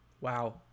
Wow